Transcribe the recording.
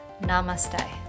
namaste